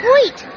Wait